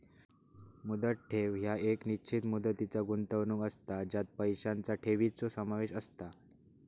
मुदत ठेव ह्या एक निश्चित मुदतीचा गुंतवणूक असता ज्यात पैशांचा ठेवीचो समावेश असता